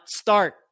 start